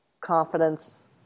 confidence